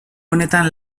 honetan